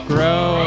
Grow